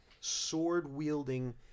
sword-wielding